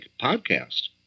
podcast